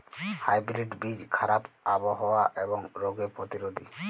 hybrid বীজ খারাপ আবহাওয়া এবং রোগে প্রতিরোধী